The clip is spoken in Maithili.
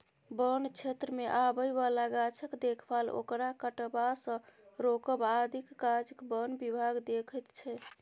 बन क्षेत्रमे आबय बला गाछक देखभाल ओकरा कटबासँ रोकब आदिक काज बन विभाग देखैत छै